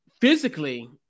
physically